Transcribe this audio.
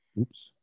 Oops